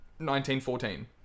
1914